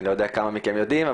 אני לא יודע כמה מכם יודעים,